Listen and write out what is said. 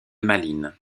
malines